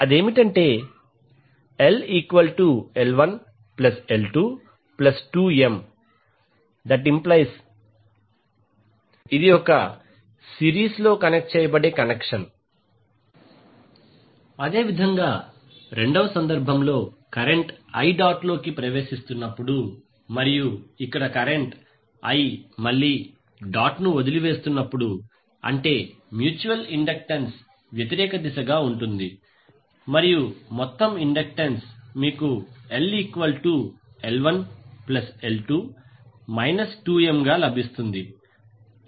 అదేమిటంటే LL1L22M⇒Series aidingconnection series సహాయక connection అదేవిధంగా రెండవ సందర్భం లో కరెంట్ i డాట్లోకి ప్రవేశిస్తున్నప్పుడు మరియు ఇక్కడ కరెంట్ i మళ్ళీ డాట్ను వదిలివేస్తున్నప్పుడు అంటే మ్యూచువల్ ఇండక్టెన్స్ వ్యతిరేక దిశగా ఉంటుంది మరియు మొత్తం ఇండక్టెన్స్ మీకుLL1L2 2M గా లభిస్తుంది